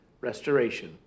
restoration